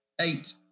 eight